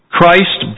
Christ